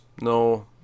No